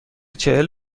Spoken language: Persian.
چهل